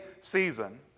season